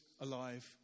alive